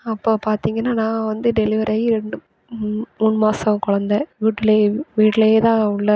அப்போ பார்த்திங்கன்னா நான் வந்து டெலிவரி ஆகி ரெண்டு மூன் மூணு மாத குலந்த வீட்லயே வீட்லையே தான் உள்ள